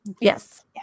yes